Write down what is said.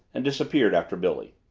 and disappeared after billy.